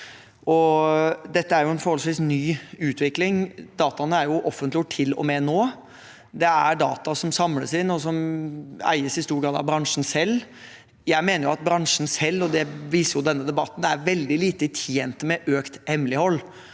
Dette er en forholdsvis ny utvikling. Dataene er offentliggjort til og med nå. Det er data som samles inn, og som i stor grad eies av bransjen selv. Jeg mener at bransjen selv, og det viser denne debatten, er veldig lite tjent med økt hemmelighold,